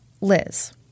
Liz